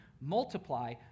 Multiply